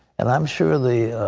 and i'm sure the